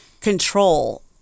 control